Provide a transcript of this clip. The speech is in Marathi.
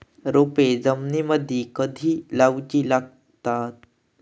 रोपे जमिनीमदि कधी लाऊची लागता?